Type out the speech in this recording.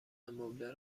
مبله